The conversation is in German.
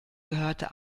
gehörte